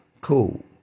Cool